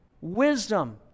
Wisdom